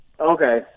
Okay